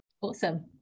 awesome